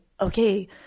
okay